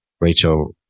Rachel